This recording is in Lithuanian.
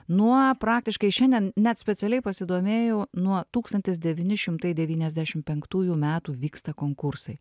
nuo praktiškai šiandien net specialiai pasidomėjau nuo tūkstantis devyni šimtai devyniasdešimt penktųjų metų vyksta konkursai